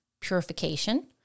purification